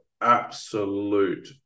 absolute